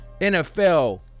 NFL